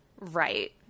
Right